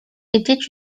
était